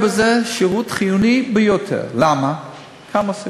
בקריאה ראשונה ותועבר לוועדת החוץ